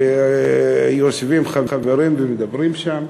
ויושבים חברים ומדברים שם.